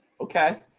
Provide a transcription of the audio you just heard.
Okay